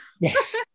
yes